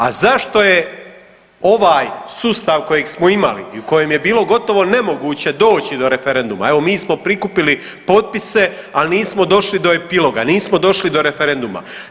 A zašto je ovaj sustav kojeg smo imali i u kojem je bilo gotovo nemoguće doći do referenduma, evo mi smo prikupili potpise, ali nismo došli do epiloga, nismo došli do referenduma?